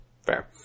Fair